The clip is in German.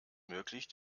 möglich